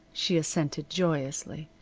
she assented, joyously,